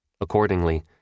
Accordingly